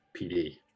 PD